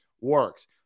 works